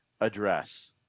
address